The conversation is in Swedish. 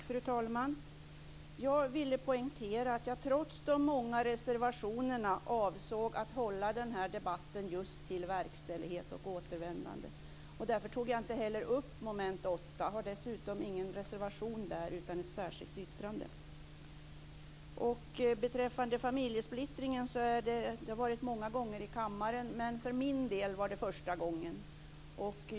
Fru talman! Jag vill poängtera att jag trots de många reservationerna avsåg att i den här debatten hålla mig just till verkställighet och återvändande. Därför tog jag inte heller upp moment 8. Jag har dessutom inte någon reservation under det momentet, utan ett särskilt yttrande. Familjesplittring har många gånger diskuterats i kammaren, men för min del var det första gången.